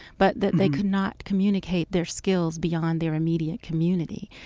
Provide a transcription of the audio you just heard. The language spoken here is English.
but that they could not communicate their skills beyond their immediate community.